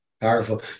Powerful